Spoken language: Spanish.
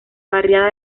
barriada